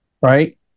right